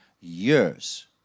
years